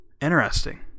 Interesting